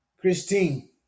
Christine